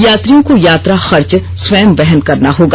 यात्रियों को यात्रा खर्च स्वयं वहन करना होगा